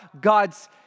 God's